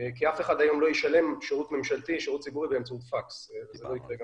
כי אף אחד לא ישלם לשירות ממשלתי באמצעות הפקס וזה גם לא יקרה מחר.